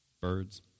Birds